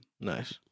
Nice